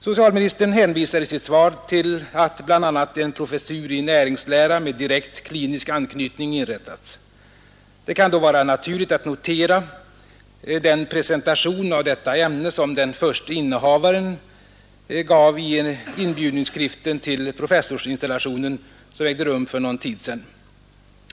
Socialministern hänvisar i sitt svar till att bl.a. en professur i näringslära med direkt klinisk anknytning inrättats. Det kan då vara naturligt att notera den presentation av detta ämne den förste innehavaren gav i inbjudningsskriften till professorsinstallationen som ägde rum för någon tid sedan.